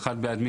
הצבעה בעד, 1